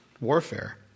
warfare